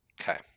Okay